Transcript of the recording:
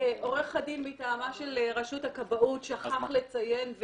שעורך הדין מטעמה של רשות הכבאות שכח לציין,